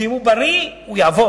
שאם הוא בריא הוא יעבוד,